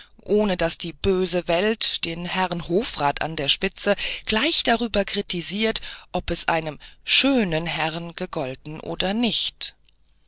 ohne daß die böse welt den herrn hofrat an der spitze gleich darüber kritisiert ob es einem schönen herrn gegolten oder nicht